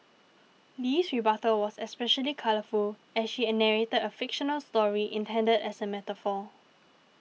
Lee's rebuttal was especially colourful as she a narrated a fictional story intended as a metaphor